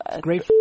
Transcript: great